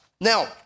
Now